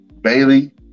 Bailey